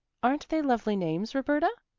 aren't they lovely names, roberta?